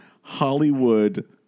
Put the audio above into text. Hollywood